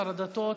שר הדתות,